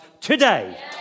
today